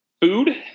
food